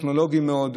טכנולוגי מאוד,